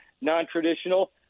non-traditional